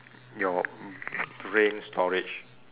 your b~ brain storage